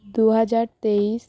দু হাজার তেইশ